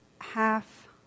half